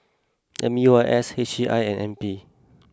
M U I S H C I and N P